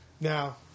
Now